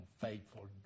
faithful